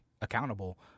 accountable